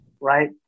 right